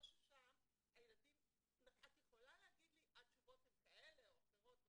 את יכולה לומר לי שהתשובות הן כאלה או אחרות,